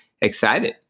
excited